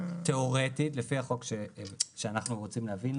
תיאורטית לפי החוק שאנחנו רוצים להביא,